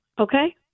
okay